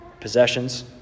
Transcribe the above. possessions